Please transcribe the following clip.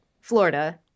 Florida